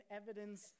evidence